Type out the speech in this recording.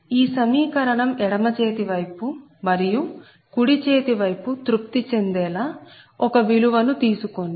ఈ సమీకరణం ఎడమ చేతి వైపు మరియు కుడి చేతి వైపు తృప్తి చెందేలా ఒక విలువను తీసుకోండి